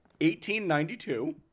1892